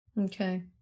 Okay